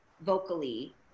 vocally